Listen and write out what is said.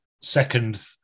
second